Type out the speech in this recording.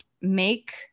make